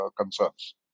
concerns